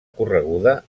correguda